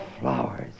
flowers